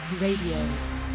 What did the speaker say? Radio